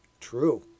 True